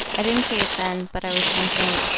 i didn't say it then but i was thinking,